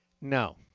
No